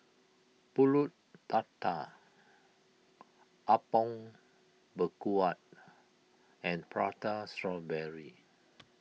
Pulut Tatal Apom Berkuah and Prata Strawberry